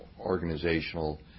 organizational